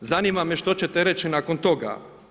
Zanima me što ćete reći nakon toga?